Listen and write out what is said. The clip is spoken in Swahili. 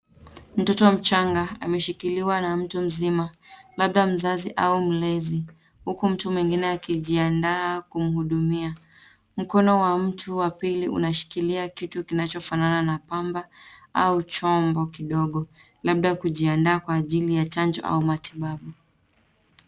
Mtoto mchanga ameshikiliwa na mtu mzima, labda mzazi au mlezi, huku mtu mwingine akijiandaa kumhudumia. Mkono wa mtu wa pili unashikilia kitu kinachofanana na pamba au chombo kidogo, labda kujiandaa kwa ajili ya chanjo au matibabu.